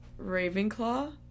Ravenclaw